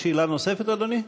שאלה נוספת, אדוני?